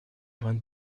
want